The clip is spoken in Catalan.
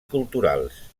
culturals